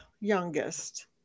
youngest